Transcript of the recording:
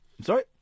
sorry